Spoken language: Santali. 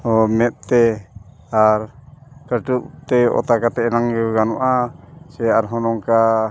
ᱦᱚᱸ ᱢᱮᱸᱫᱛᱮ ᱟᱨ ᱠᱟᱹᱴᱩᱵᱛᱮ ᱚᱛᱟ ᱠᱟᱛᱮᱫ ᱟᱱᱟᱝ ᱜᱮ ᱜᱟᱱᱚᱜᱼᱟ ᱪᱮ ᱟᱨᱦᱚᱸ ᱱᱚᱝᱠᱟ